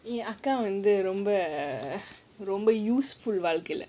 என் அக்கா வந்து ரொம்ப:en akka vandhu romba useful வாழ்க்கைல:vaalkaila